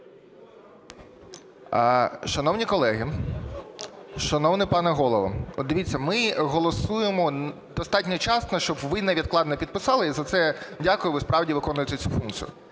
Шановні колеги, шановний пане Голово, подивіться, ми голосуємо достатньо вчасно, щоб ви невідкладно підписали, і за це дякую, ви справді виконуєте цю функцію.